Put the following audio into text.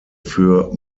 für